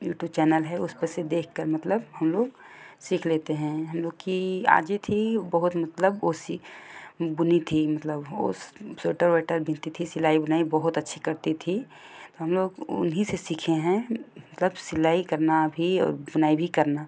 Yutu channel है उस पर से देख कर मतलब हम लोग सीख लेते हैं हम लोग कि आजी थी वो बहुत मतलब वो सि बुनी थी मतलब ओ स्वेटर वेटर बुनती थी सिलाई बुनाई बहुत अच्छी करती थी तो हम लोग उन्हीं से सीखे हैं मतलब सिलाई करना भी और बुनाई भी करना